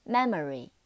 Memory